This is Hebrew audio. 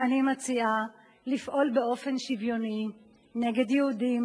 אני מציעה לפעול באופן שוויוני נגד יהודים,